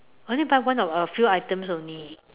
only buy one of uh few items only